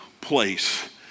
place